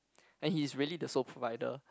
and he is really the sole provider